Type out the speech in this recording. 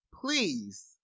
please